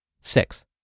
Six